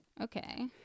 Okay